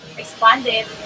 expanded